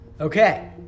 Okay